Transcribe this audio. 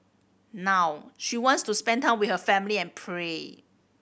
now she wants to spend time with her family and pray